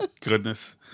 Goodness